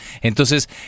entonces